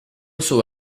sube